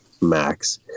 max